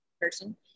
person